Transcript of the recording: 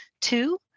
Two